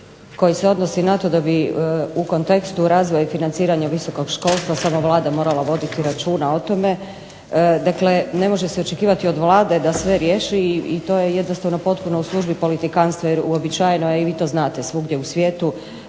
koji se odnosi na to da bi u kontekstu razvoja i financiranja visokog školstva samo Vlada morala voditi računa o tome. Dakle, ne može se očekivati od Vlade da sve riješi i to je jednostavno potpuno u službi politikanstva, jer uobičajeno je i vi to znate svugdje u svijetu